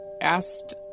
asked